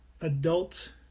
adult